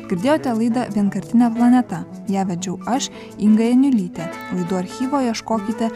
girdėjote laidą vienkartinė planeta ją vedžiau aš inga janiulytė laidų archyvo ieškokite